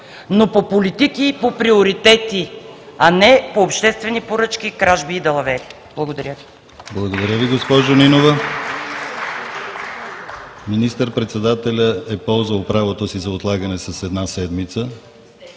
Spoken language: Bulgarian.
но по политики и по приоритети, а не по обществени поръчки, кражби и далавери. Благодаря Ви.